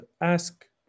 ask